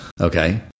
Okay